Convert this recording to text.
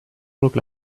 look